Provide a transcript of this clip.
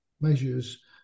measures